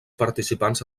participants